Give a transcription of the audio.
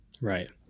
Right